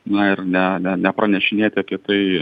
na ir ne ne nepranešinėti apie tai